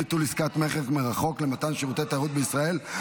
ביטול עסקת מכר מרחוק למתן שירותי תיירות בישראל),